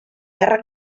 terra